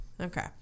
Okay